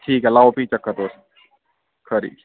ठीक ऐ लाओ फ्ही चक्कर तुस खरी